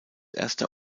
erster